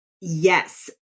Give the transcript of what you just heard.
Yes